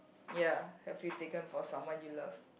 ya have you taken for someone you love